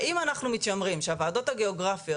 האם אנחנו מתיימרים שהוועדות הגיאוגרפיות